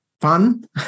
fun